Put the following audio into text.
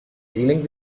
dealing